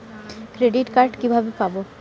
Credit card কিভাবে পাব?